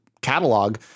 Catalog